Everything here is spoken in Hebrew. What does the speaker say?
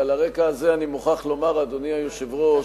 ועל הרקע הזה אני מוכרח לומר, אדוני היושב-ראש,